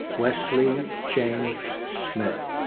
wesley james smith.